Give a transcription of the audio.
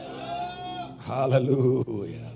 Hallelujah